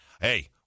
hey